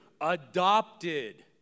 adopted